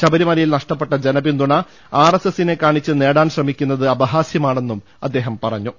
ശബരിമലയിൽ നഷ്ടപ്പെട്ട ജനപിന്തുണ ആർ എസ് എസിനെ കാണിച്ച് നേടാൻ ശ്രമിക്കുന്നത് അപഹാസ്യമാണെന്നും അദ്ദേഹം പറഞ്ഞു